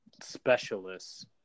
specialists